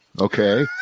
okay